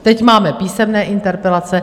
Teď máme písemné interpelace.